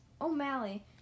O'Malley